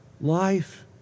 Life